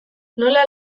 nola